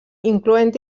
incloent